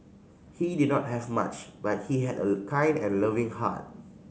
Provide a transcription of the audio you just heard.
he did not have much but he had a kind and loving heart